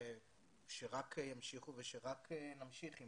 שרק ימשיכו ושרק נמשיך.